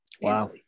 Wow